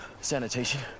Sanitation